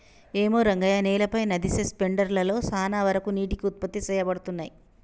ఏమో రంగయ్య నేలపై నదిసె స్పెండర్ లలో సాన వరకు నీటికి ఉత్పత్తి సేయబడతున్నయి